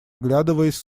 оглядываясь